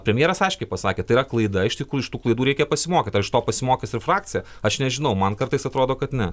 premjeras aiškiai pasakė tai yra klaida iš tikrųjų iš tų klaidų reikia pasimokyt ar iš to pasimokys ir frakcija aš nežinau man kartais atrodo kad ne